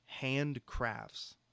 handcrafts